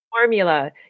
formula